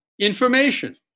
information